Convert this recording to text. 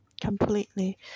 completely